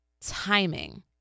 timing